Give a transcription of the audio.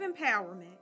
empowerment